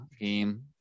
game